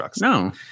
No